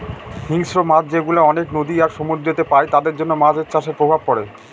হিংস্র মাছ যেগুলা অনেক নদী আর সমুদ্রেতে পাই তাদের জন্য মাছ চাষের প্রভাব পড়ে